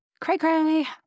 cray-cray